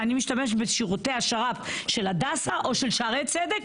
אני משתמשת בשירותי השר"פ של הדסה או של שערי צדק,